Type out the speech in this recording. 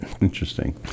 Interesting